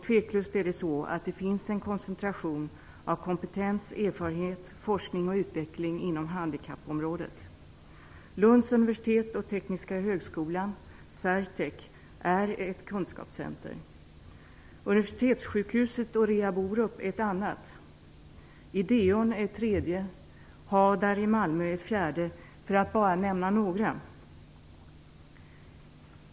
Tveklöst är det så att det finns en koncentration av kompetens, erfarenhet, forskning och utveckling inom handikappområdet. Lunds universitet och Tekniska högskolan och CERTEC är ett kunskapscenter. Universitetssjukhuset och Rehab Orup är ett annat. Ideon är ett tredje. HADAR i Malmö är ett fjärde, för att bara nämna några.